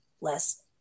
less